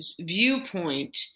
viewpoint